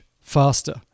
faster